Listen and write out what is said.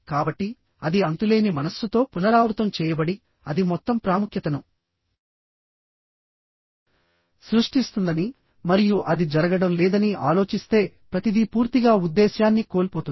కాబట్టి అది అంతులేని మనస్సుతో పునరావృతం చేయబడి అది మొత్తం ప్రాముఖ్యతను సృష్టిస్తుందని మరియు అది జరగడం లేదని ఆలోచిస్తే ప్రతిదీ పూర్తిగా ఉద్దేశ్యాన్ని కోల్పోతుంది